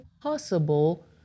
possible